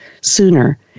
sooner